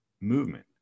movement